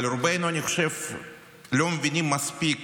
אבל אני חושב שרובנו לא מבינים מספיק